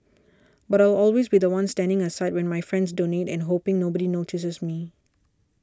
but I'll always be the one standing aside when my friends donate and hoping nobody notices me